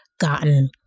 gotten